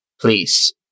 Please